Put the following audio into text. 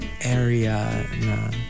area